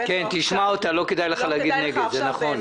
תשמע אותה, לא כדאי לך להגיד נגד, זה נכון.